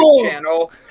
channel